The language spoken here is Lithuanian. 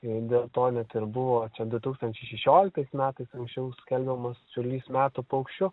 ir dėl to net ir buvo čia du tūkstančiai šešioliktais metais anksčiau skelbiamas čiurlys metų paukščiu